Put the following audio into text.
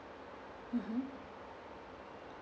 mmhmm